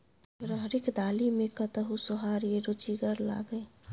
राहरिक दालि मे कतहु सोहारी रुचिगर लागय?